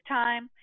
time